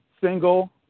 single